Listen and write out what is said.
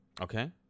Okay